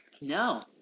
no